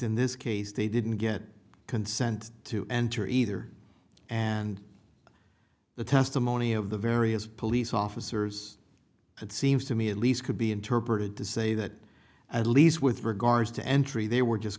in this case they didn't get consent to enter either and the testimony of the various police officers it seems to me at least could be interpreted to say that at least with regards to entry they were just